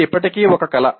ఇది ఇప్పటికీ ఒక కళ